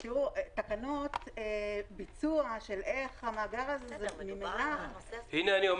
תקנות ביצוע של איך המאגר הזה ייבנה --- בדיון הבא